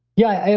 yeah.